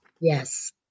yes